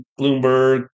Bloomberg